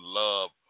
love